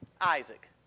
Isaac